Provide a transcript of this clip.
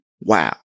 wow